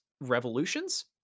Revolutions